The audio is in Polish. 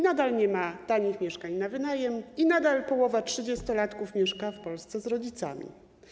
Nadal nie ma tanich mieszkań na wynajem i nadal połowa trzydziestolatków mieszka w Polsce z rodzicami.